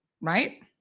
right